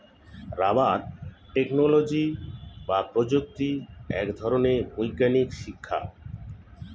rubber technology বা প্রযুক্তি এক ধরনের বৈজ্ঞানিক শিক্ষা